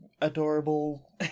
adorable